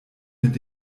mit